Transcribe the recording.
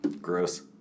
Gross